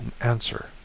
answer